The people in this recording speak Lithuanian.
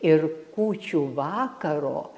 ir kūčių vakaro